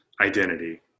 identity